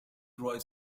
dry